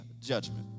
judgment